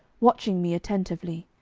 watching me attentively.